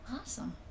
Awesome